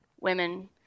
women